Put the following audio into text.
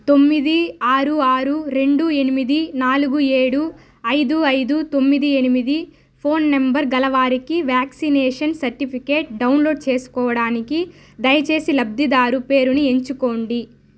తొమ్మిది ఆరు ఆరు రెండు ఎనిమిది నాలుగు ఏడు ఐదు ఐదు తొమ్మిది ఎనిమిది ఫోన్ నంబర్ గల వారికి వ్యాక్సినేషన్ సర్టిఫికేట్ డౌన్లోడ్ చేసుకోవడానికి దయచేసి లబ్ధిదారు పేరుని ఎంచుకోండి